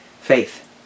faith